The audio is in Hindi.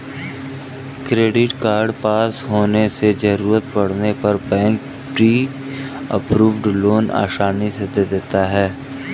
क्रेडिट कार्ड पास होने से जरूरत पड़ने पर बैंक प्री अप्रूव्ड लोन आसानी से दे देता है